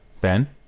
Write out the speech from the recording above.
Ben